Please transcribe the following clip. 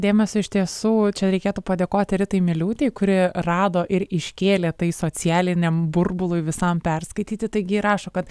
dėmesio iš tiesų čia reikėtų padėkoti ritai miliūtei kuri rado ir iškėlė tai socialiniam burbului visam perskaityti taigi ji rašo kad